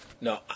no